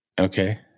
Okay